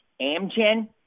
Amgen